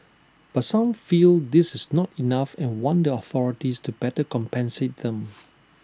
but some feel this is not enough and want the authorities to better compensate them